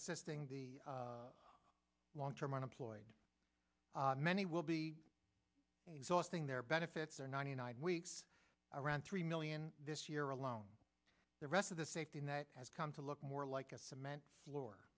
assisting the long term unemployed many will be exhausting their benefits their ninety nine weeks around three million this year alone the rest of the safety net has come to look more like a cement floor